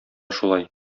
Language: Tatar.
шулай